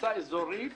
במועצה אזורית